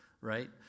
right